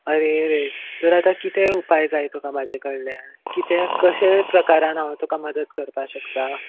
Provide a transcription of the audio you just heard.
अरे तर आतां कितें उपाय जाय तुका म्हाजे कडल्यान कितें कशे प्रकारान हांव तुका मदत करपाक शकता